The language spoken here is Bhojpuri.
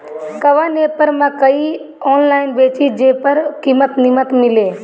कवन एप पर मकई आनलाइन बेची जे पर कीमत नीमन मिले?